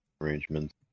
arrangements